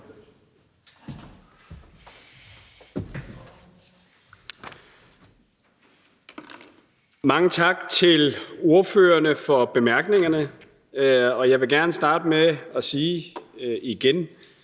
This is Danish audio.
Mange tak til ordførerne for bemærkningerne. Og jeg vil gerne starte med at komme med